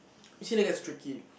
you see that gets tricky